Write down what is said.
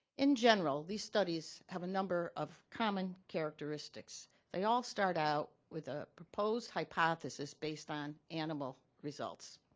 in general, these studies have a number of common characteristics they all start out with a proposed hypothesis based on animal results